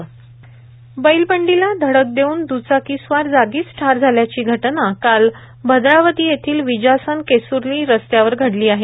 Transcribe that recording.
अपघात बैलबंडीला धडक देऊन द्चाकीस्वार जागीच ठार झाल्याची घटना काल भद्रावती येथील विजासन केसूर्ली रस्त्यावर घडली आहेत